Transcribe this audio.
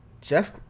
Jeff